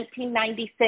1996